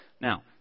Now